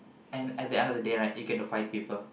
and at the end of the day right you get to fight people